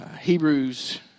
Hebrews